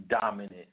dominant